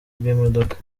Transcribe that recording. bw’imodoka